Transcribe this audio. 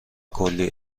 کلی